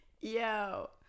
Yo